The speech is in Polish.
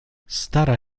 stara